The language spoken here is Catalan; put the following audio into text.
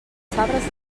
sabres